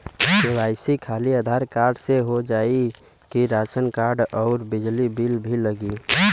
KYC खाली Aadhaar card से हो जाए कि राशन कार्ड अउर बिजली बिल भी लगी?